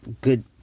good